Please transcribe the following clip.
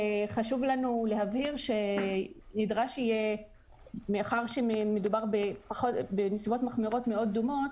וחשוב לנו להבהיר שמאחר שמדובר בנסיבות מחמירות מאוד דומות,